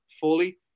fully